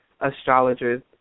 astrologers